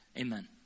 Amen